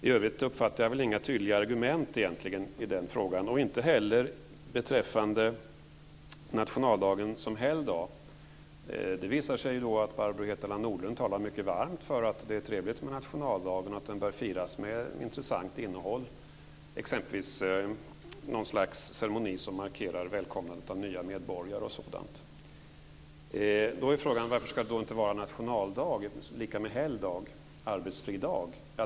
I övrigt uppfattade jag egentligen inga tydliga argument i den frågan, och inte heller beträffande nationaldagen som helgdag. Det visar sig att Barbro Hietala Nordlund talar mycket varmt om nationaldagen och tycker att den bör firas med intressant innehåll, exempelvis något slags ceremoni som markerar välkomnandet av nya medborgare. Då är frågan varför nationaldagen inte ska vara helgdag, dvs. arbetsfri dag.